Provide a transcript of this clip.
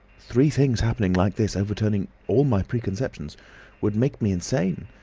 three things happening like this, overturning all my preconceptions would make me insane.